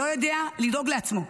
שלא יודע לדאוג לעצמו,